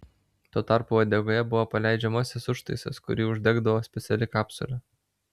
tuo tarpu uodegoje buvo paleidžiamasis užtaisas kurį uždegdavo speciali kapsulė